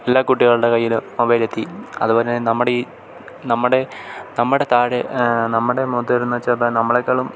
എല്ലാ കുട്ടികളുടെ കയ്യിലും മൊബൈലെത്തി അതുപോലെത്തന്നെ നമ്മുടെ മുതിർന്നതെന്നുവെച്ചാല് ഇപ്പോള് നമ്മളെക്കാളും